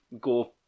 go